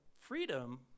freedom